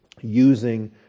using